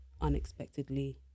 unexpectedly